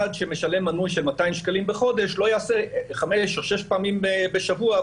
שמשלם מנוי של 200 שקלים בחודש לא יעשה חמש או שש פעמים בשבוע בדיקות.